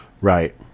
Right